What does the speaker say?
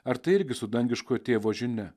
ar tai irgi su dangiškojo tėvo žinia